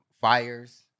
fires